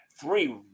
three